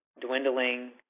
dwindling